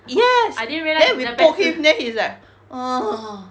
yes then we poke him then he's like ugh